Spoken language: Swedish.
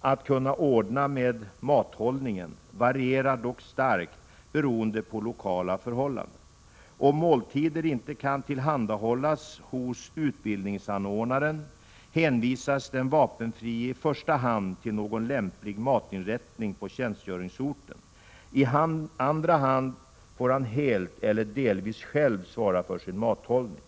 att ordna med mathållningen varierar dock starkt beroende på lokala förhållanden. Om måltider inte kan tillhandahållas hos utbildningsanordnaren, hänvisas den vapenfrie i första hand till någon lämplig matinrättning på tjänstgöringsorten. I andra hand får han helt eller delvis själv svara för sin mathållning.